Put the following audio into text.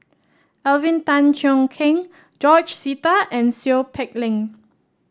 Alvin Tan Cheong Kheng George Sita and Seow Peck Leng